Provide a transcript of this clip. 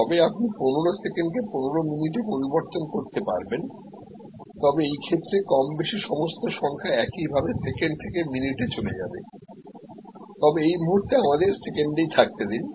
তবে আপনি 15 সেকেন্ড কে 15 মিনিটে পরিবর্তন করতে পারবেন তবে এই ক্ষেত্রে কমবেশি সমস্ত সংখ্যা একইভাবে সেকেণ্ড থেকে মিনিটে চলে যাবে তবে এই মুহুর্তে আমাদের সেকেন্ডেই থাকতে দিন